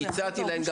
והצעתי להם גם